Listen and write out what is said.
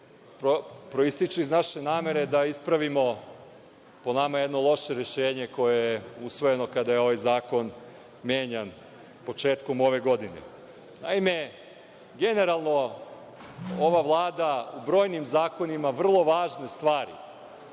proističe iz naše namere da ispravimo, po nama, jedno loše rešenje koje je usvojeno kada je ovaj zakon menjan početkom ove godine. Naime, generalno, ova Vlada brojnim zakonima vrlo važne stvari